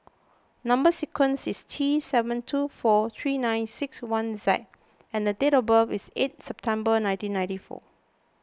Number Sequence is T seven two four three nine six one Z and date of birth is eight September nineteen ninety four